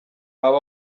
aba